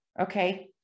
Okay